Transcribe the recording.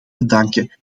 bedanken